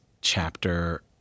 chapter